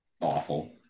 awful